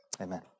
amen